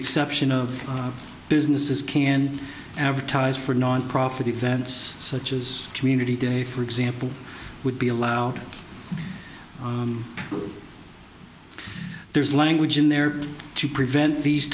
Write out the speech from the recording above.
exception of businesses can advertise for nonprofit events such as community day for example would be allowed there's language in there to prevent these